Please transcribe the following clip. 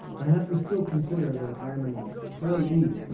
i have to still consider that i'm an employee.